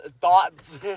thoughts